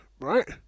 right